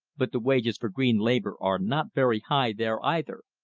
but the wages for green labor are not very high there either,